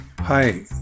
Hi